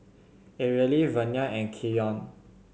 Areli Vernia and Keyon